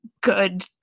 good